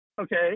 Okay